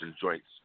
joints